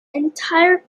entire